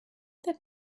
that